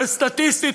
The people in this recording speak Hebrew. וסטטיסטית,